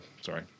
sorry